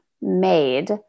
made